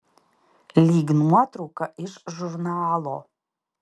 lyg nuotrauka iš žurnalo